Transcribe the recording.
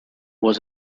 was